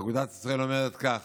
אגודת ישראל אומרת כך: